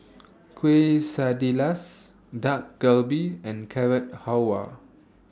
Quesadillas Dak Galbi and Carrot Halwa